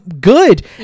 good